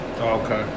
Okay